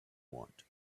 want